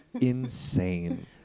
insane